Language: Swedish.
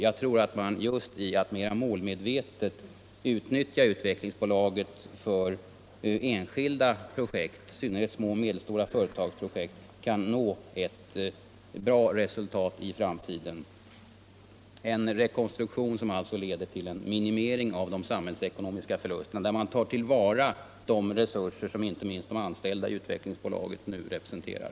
Jag tror att man just genom att mera medvetet utnyttja Utvecklingsbolaget för enskilda projekt, i synnerhet små och medelstora företags projekt, kan nå ett bra resultat i framtiden — en rekonstruktion som alltså leder till en minimering av de samhällsekonomiska förlusterna och där man tar till vara de resurser som inte minst de anställda i Utvecklingsbolaget nu representerar.